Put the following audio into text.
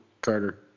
Carter